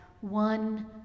one